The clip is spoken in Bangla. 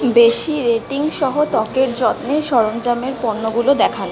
বেশি রেটিংসহ ত্বকের যত্নের সরঞ্জামের পণ্যগুলো দেখান